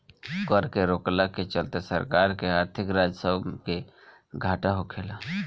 कर के रोकला के चलते सरकार के आर्थिक राजस्व के घाटा होखेला